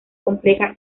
compleja